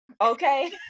okay